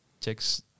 checks